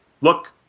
Look